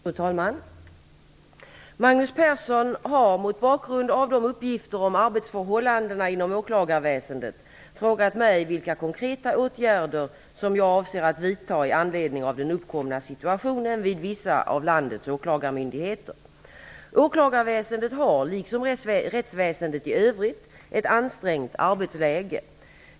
Fru talman! Magnus Persson har mot bakgrund av uppgifter om arbetsförhållandena inom åklagarväsendet frågat mig vilka konkreta åtgärder som jag avser att vidta i anledning av den uppkomna situationen vid vissa av landets åklagarmyndigheter. Åklagarväsendet har, liksom rättsväsendet i övrigt, ett ansträngt arbetsläge.